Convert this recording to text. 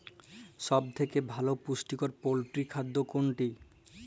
সব থেকে ভালো পুষ্টিকর পোল্ট্রী খাদ্য কোনটি?